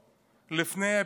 לפני הפינוי